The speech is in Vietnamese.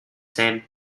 mày